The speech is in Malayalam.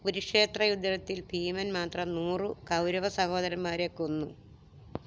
കുരുക്ഷേത്ര യുദ്ധത്തിൽ ഭീമൻ മാത്രം നൂറ് കൗരവ സഹോദരന്മാരെ കൊന്നു